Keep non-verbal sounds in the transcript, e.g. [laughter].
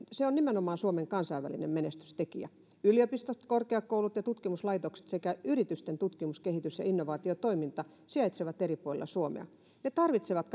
se on nimenomaan suomen kansainvälinen menestystekijä yliopistot korkeakoulut ja tutkimuslaitokset sekä yritysten tutkimus kehitys ja innovaatiotoiminta sijaitsevat eri puolilla suomea ne tarvitsevat [unintelligible]